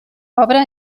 obra